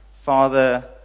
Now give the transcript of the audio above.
Father